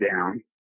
down